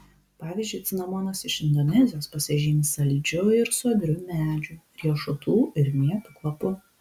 pavyzdžiui cinamonas iš indonezijos pasižymi saldžiu ir sodriu medžių riešutų ir mėtų kvapu